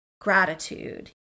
gratitude